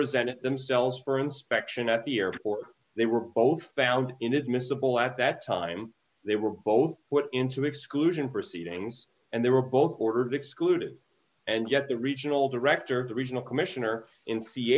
presented themselves for inspection at the airport they were both found inadmissible at that time they were both into exclusion proceedings and they were both ordered excluded and yet the regional director the regional commissioner in c